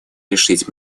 решить